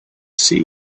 sea